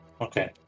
Okay